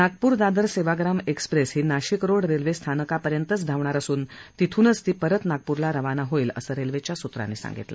Nagpur Dadar Sevagram express ही Nashik Road railway स्थानकापर्यंत धावणार असून अूनच ती परत नागपूरला रवाना होईल असं रेल्वेच्या सूत्रांनी सांगितलं